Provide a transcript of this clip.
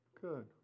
good